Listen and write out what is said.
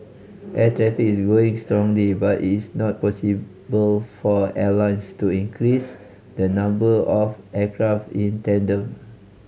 air traffic is growing strongly but is not possible for airlines to increase the number of aircraft in tandem